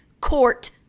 court